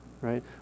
right